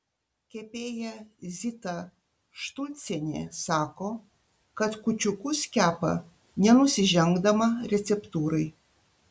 kepėja zita štulcienė sako kad kūčiukus kepa nenusižengdama receptūrai